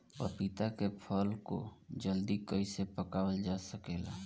पपिता के फल को जल्दी कइसे पकावल जा सकेला?